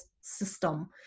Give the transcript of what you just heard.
system